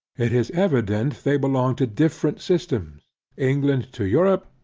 it is evident they belong to different systems england to europe,